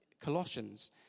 Colossians